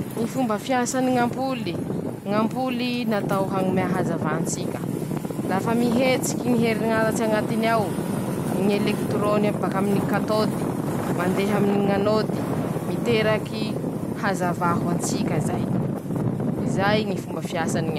Ñy fomba fiasany ñ'ampoly: -ñ'ampoly natao hañomea hazavà an-tsika, lafa mihetsiky ñy herinaratsy añatiny ao, ñy elekitirôny bakaminy katôdy mandeha aminy ñy anôdy, miteraky hazavà ho antsika za, zay ñy fomba fiasany ñampoly.